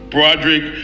Broderick